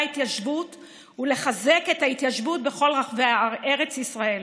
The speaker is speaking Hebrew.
ההתיישבות ולחזק את ההתיישבות בכל רחבי ארץ ישראל.